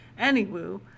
Anywho